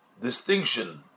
distinction